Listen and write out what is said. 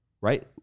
right